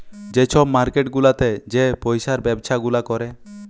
যে ছব মার্কেট গুলাতে যে পইসার ব্যবছা গুলা ক্যরে